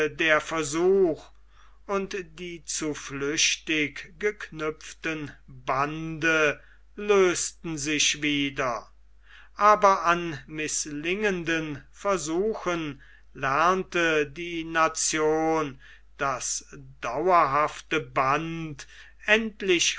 der versuch und die zu flüchtig geknüpften bande lösten sich wieder aber an mißlingenden versuchen lernte die nation das dauerhafte band endlich